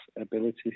ability